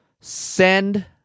send